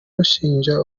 bashinja